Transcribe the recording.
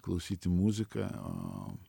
klausyti muziką o